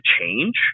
change